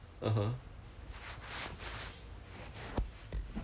他他跟他讲 like if you take up this option now